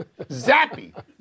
Zappy